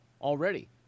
already